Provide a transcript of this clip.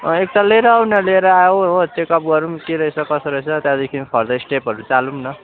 एकताल लिएर आउन लिएर आऊ हो चेकअप गरौ के रहेछ कसो रहेछ त्यहाँदेखिन पर्दर स्टेपहरू चालौ न